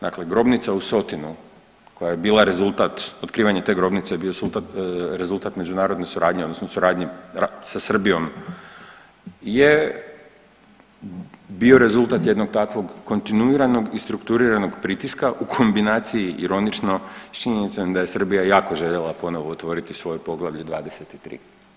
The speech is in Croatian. Dakle, grobnica u Sotinu koja je bila rezultat, otkrivanje te grobnice je bio rezultat međunarodne suradnje odnosno suradnje sa Srbijom je bio rezultat jednog takvog kontinuiranog i strukturiranog pritiska u kombinaciji ironično s činjenom da je Srbija jako željela ponovo otvoriti svoje Poglavlje 23.